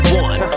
one